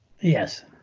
Yes